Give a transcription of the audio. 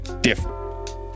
Different